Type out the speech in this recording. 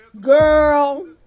Girl